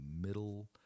middle